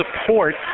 support